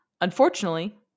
Unfortunately